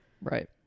Right